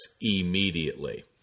immediately